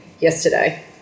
Yesterday